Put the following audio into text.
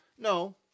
No